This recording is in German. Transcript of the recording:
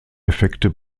effekte